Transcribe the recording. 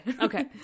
okay